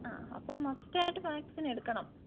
ആ അപ്പോൾ മസ്റ്റ് ആയിട്ട് വാക്സിൻ എടുക്കണം